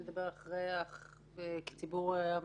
שבכוונתו לבצע פיגוע וביסוד הנפשי הרלוונטי של הנהג.